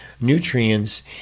nutrients